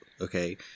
okay